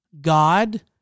God